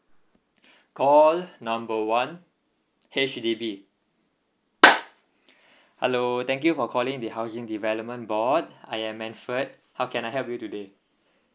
call number one H_D_B hello thank you for calling the housing development board I am manfred how can I help you today